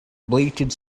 bleated